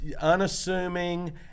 unassuming